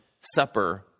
supper